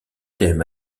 thèmes